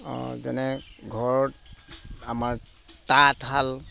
যেনে ঘৰত আমাৰ তাঁতশাল